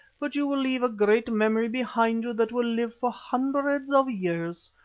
but you will leave a great memory behind you that will live for hundreds of years,